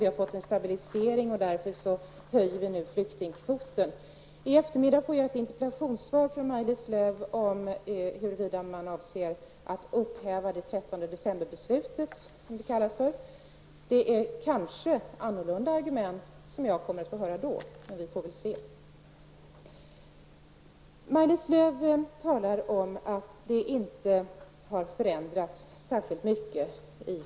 Vi har fått en stabilisering, därför höjer vi flyktingkvoten. I eftermiddag får jag ett interpellationssvar från Maj-Lis Lööw om huruvida man avser att upphäva 13 december-beslutet, som det kallas för. Det är kanske andra argument som jag kommer att få höra då. Men vi får väl se. Maj-Lis Lööw talar om att flyktingpolitiken inte har förändrats särskilt mycket.